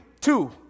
two